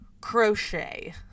crochet